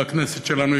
בכנסת שלנו,